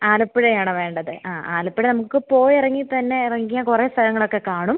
ആലപ്പുഴയാണ് വേണ്ടത് ആ ആലപ്പുഴ നമുക്ക് പോയി ഇറങ്ങി തന്നെ ഇറങ്ങിയാൽ കുറേ സ്ഥലങ്ങളൊക്കെ കാണും